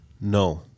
No